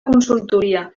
consultoria